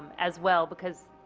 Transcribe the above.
as well because